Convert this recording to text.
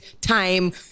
time